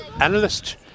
analyst